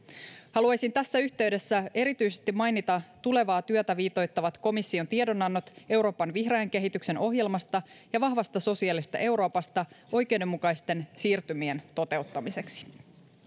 haluaisin tässä yhteydessä erityisesti mainita tulevaa työtä viitoittavat komission tiedonannot euroopan vihreän kehityksen ohjelmasta ja vahvasta sosiaalisesta euroopasta oikeudenmukaisten siirtymien toteuttamiseksi